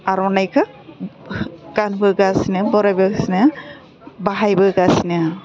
आर'नायखौ गानबोगासिनो बरायबोगासिनो बाहायबोगासिनो